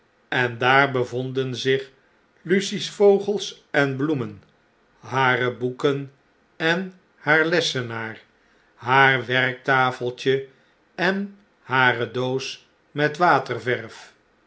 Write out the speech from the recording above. en daar bevonden zich lucie's vogels en bloemen hare boeken en haar lessenaar haar werktafeltje en hare doos met waterverf